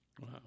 Wow